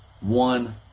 one